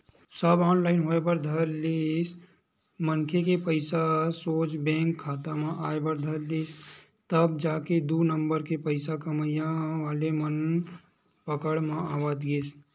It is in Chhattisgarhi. सब ऑनलाईन होय बर धरिस मनखे के पइसा सोझ बेंक खाता म आय बर धरिस तब जाके दू नंबर के पइसा कमइया वाले मन पकड़ म आवत गिस